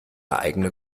eigene